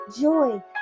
joy